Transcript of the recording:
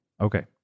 Okay